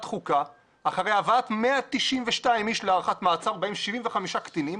חוקה אחרי הבאת 192 איש להארכת מעצר בהם 75 קטינים,